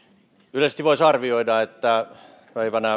yleisesti voisi arvioida että